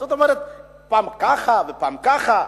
זאת אומרת, פעם ככה ופעם ככה.